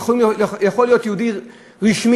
הוא יכול להיות יהודי רשמי.